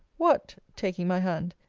what, taking my hand,